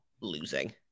losing